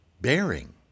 bearing